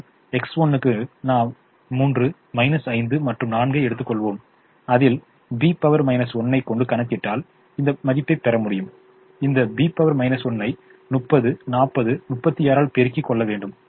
மேலும் X1 க்கு நாம் 3 5 மற்றும் 4 ஐ எடுத்துக்கொள்வோம் அதில் B 1 ஐ கொண்டு கணக்கிட்டால் இந்த மதிப்பைப் பெற முடியும் இந்த B 1 ஐ 30 40 36 ஆல் பெருக்கிக் கொள்ள வேண்டும்